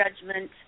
judgment